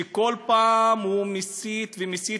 שכל פעם הוא מסית ומסית,